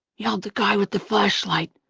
yelled the guy with the flashlight,